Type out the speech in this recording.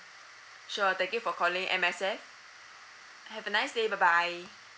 sure thank you for calling M_S_F have a nice day bye bye